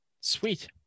Sweet